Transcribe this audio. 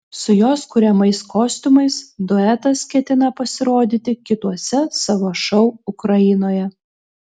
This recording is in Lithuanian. su jos kuriamais kostiumais duetas ketina pasirodyti kituose savo šou ukrainoje